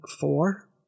four